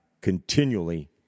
continually